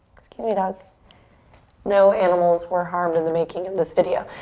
excuse me, dog. no animals were harmed in the making of this video.